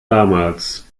damals